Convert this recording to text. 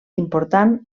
important